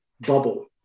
bubble